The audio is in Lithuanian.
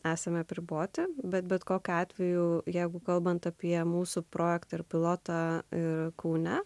esame apriboti bet bet kokiu atveju jeigu kalbant apie mūsų projektą ir pilotą ir kaune